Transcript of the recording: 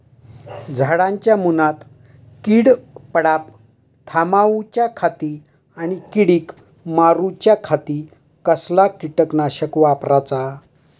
झाडांच्या मूनात कीड पडाप थामाउच्या खाती आणि किडीक मारूच्याखाती कसला किटकनाशक वापराचा?